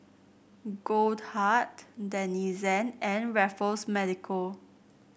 Goldheart Denizen and Raffles Medical